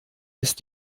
ist